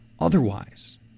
otherwise